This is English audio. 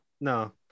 No